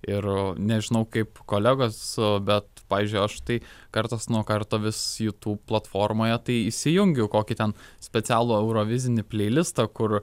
ir nežinau kaip kolegos bet pavyzdžiui aš tai kartas nuo karto vis youtube platformoje tai įsijungiu kokį ten specialų eurovizinį pleilistą kur